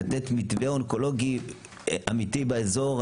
לתת מתווה אונקולוגי אמיתי באזור,